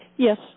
Yes